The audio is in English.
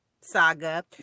saga